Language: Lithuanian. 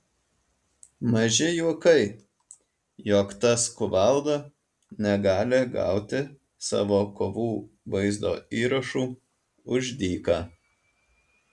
maži juokai jog tas kuvalda negali gauti savo kovų vaizdo įrašų už dyką